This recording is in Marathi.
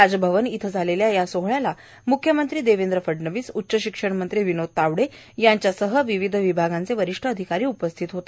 राजभवन इथं झालेल्या या सोहळ्यास मुख्यमंत्री देवेंद्र फडणवीस उच्च शिक्षणमंत्री विनोद तावडे आर्दीसह विविध विभागांचे वरिष्ठ अधिकारी उपस्थित होते